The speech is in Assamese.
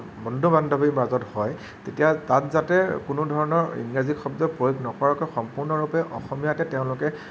বন্ধু বান্ধৱীৰ মাজত হয় তেতিয়া তাত যাতে কোনো ধৰণৰ ইংৰাজী শব্দ প্ৰয়োগ নকৰাকৈ সম্পূৰ্ণৰূপে অসমীয়াতে তেওঁলোকে